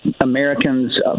Americans